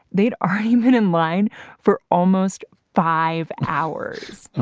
they had already been in line for almost five hours.